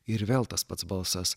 ir vėl tas pats balsas